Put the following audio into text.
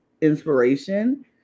inspiration